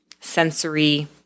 sensory